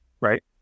right